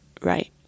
right